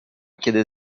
kiedy